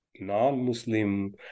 non-muslim